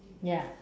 ya